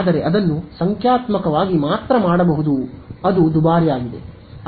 ಆದರೆ ಅದನ್ನು ಸಂಖ್ಯಾತ್ಮಕವಾಗಿ ಮಾತ್ರ ಮಾಡಬಹುದು ಅದು ದುಬಾರಿಯಾಗಿದೆ